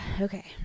okay